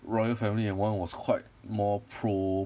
royal family and one was quite more pro